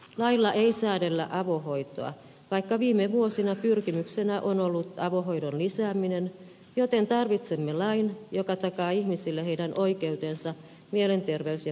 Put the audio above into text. lailla ei säädellä avohoitoa vaikka viime vuosina pyrkimyksenä on ollut avohoidon lisääminen joten tarvitsemme lain joka takaa ihmisille heidän oikeutensa mielenterveys ja päihdepalveluihin